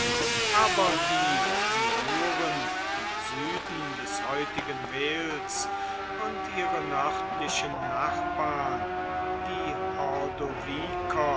aber die siluren im süden des heutigen wales und ihre nördlichen nachbarn die